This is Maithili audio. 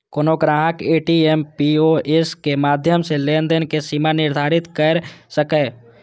कोनो ग्राहक ए.टी.एम, पी.ओ.एस के माध्यम सं लेनदेन के सीमा निर्धारित कैर सकैए